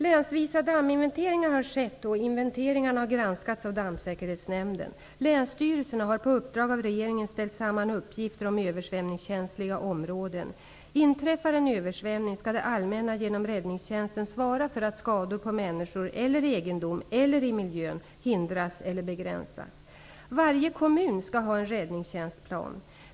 Länsvisa damminventeringar har skett och inventeringarna har granskats av Dammsäkerhetsnämnden. Länsstyrelserna har på uppdrag av regeringen ställt samman uppgifter om översvämningskänsliga områden. Inträffar en översvämning, skall det allmänna genom räddningstjänsten svara för att skador på människor eller egendom eller i miljön hindras eller begränsas. Varje kommun skall ha en räddningstjänstplan.